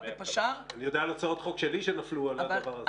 רק בפש"ר --- אני יודע על הצעות חוק שלי שנפלו על הדבר הזה.